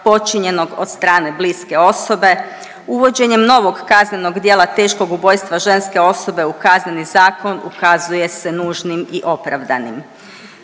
počinjenog od strane bliske osobe. Uvođenjem novog kaznenog djela teškog ubojstva ženske osobe u KZ ukazuje se nužnim i opravdanim.